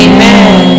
Amen